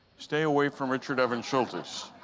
stay away from richard evans schultes.